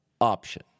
option